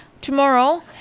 tomorrow